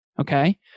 okay